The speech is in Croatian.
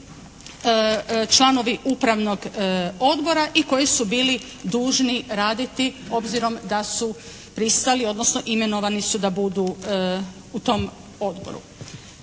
članovi upravnog odbora i koji su bili dužni raditi obzirom da su pristali, odnosno imenovani su da budu u tom odboru.